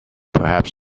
perhaps